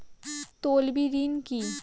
তলবি ঋণ কি?